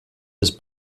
his